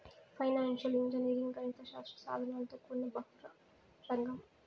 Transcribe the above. financial engineering గణిత శాస్త్ర సాధనలతో కూడిన బహుళ రంగం